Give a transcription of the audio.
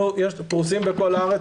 אנחנו פרוסים בכל הארץ,